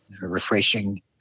refreshing